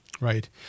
Right